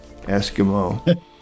Eskimo